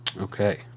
Okay